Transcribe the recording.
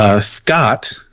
Scott